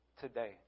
today